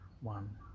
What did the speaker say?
one